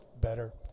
better